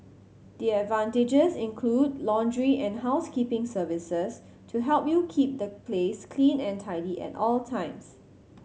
the advantages include laundry and housekeeping services to help you keep the place clean and tidy at all times